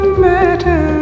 matter